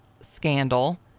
scandal